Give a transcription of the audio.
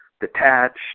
detached